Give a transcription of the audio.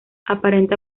aparenta